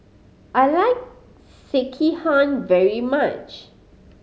I like Sekihan very much